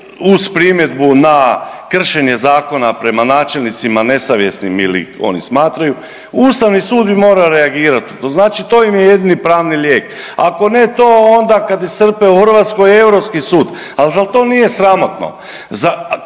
uz primjedbu na kršenje zakona prema načelnicima nesavjesnim ili oni smatraju Ustavni sud bi morao reagirati. Znači to im je jedini pravni lijek. Ako ne to, onda kad iscrpe u Hrvatskoj Europski sud ali zar to nije sramotno?